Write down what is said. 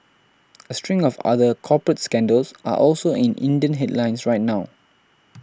a string of other corporates scandals are also in Indian headlines right now